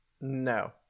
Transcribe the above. no